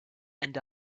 and